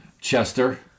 Chester